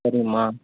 சரிங்கம்மா